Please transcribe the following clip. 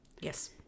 yes